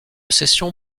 session